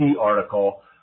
article